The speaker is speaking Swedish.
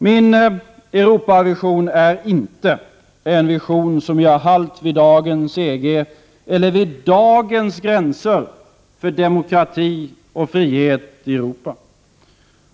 Min Europavision är inte en vision som gör halt vid dagens EG eller vid dagens gränser för demokrati och frihet i Europa.